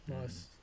Nice